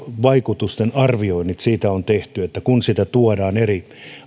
vaikutusten arvioinnit siitä on tehty kun sitä tuodaan eri